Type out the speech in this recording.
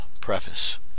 Preface